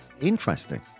Interesting